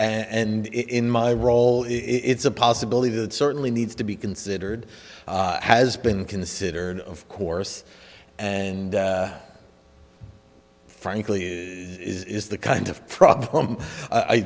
and in my role it's a possibility that certainly needs to be considered has been considered of course and frankly it is the kind of problem i